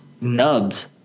Nubs